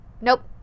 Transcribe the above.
nope